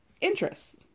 interests